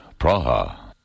Praha